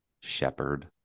shepherd